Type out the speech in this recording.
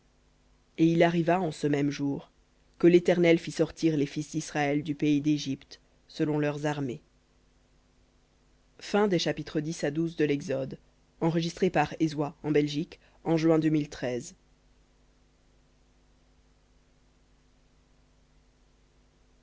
et il arriva en ce même jour que l'éternel fit sortir les fils d'israël du pays d'égypte selon leurs armées